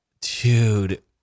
dude